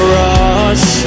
rush